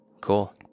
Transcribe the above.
cool